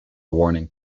warning